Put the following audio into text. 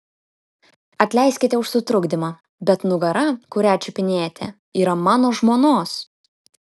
atleiskite už sutrukdymą bet nugara kurią čiupinėjate yra mano žmonos